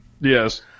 Yes